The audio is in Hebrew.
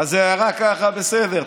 הערה, בסדר.